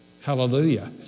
Hallelujah